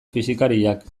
fisikariak